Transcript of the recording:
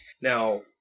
Now